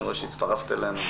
אני רואה שהצטרפת אלינו,